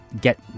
get